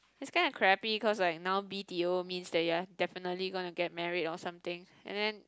it's kind of crapy cause like now b_t_o means that you have definitely go and get married or something and then